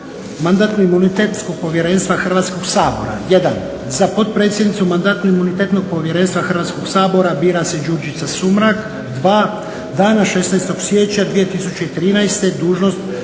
Mandatno-imunitetskog povjerenstva Hrvatskog sabora. 1 za potpredsjednicu Mandatno-imunitetskog povjerenstva Hrvatskog sabora bira se Đurđica Sumrak, 2 dana 16.siječnja 2013.dužnost